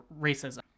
racism